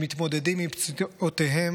שמתמודדים עם פציעותיהם,